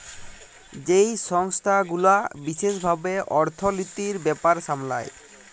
যেই সংস্থা গুলা বিশেস ভাবে অর্থলিতির ব্যাপার সামলায়